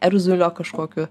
erzulio kažkokio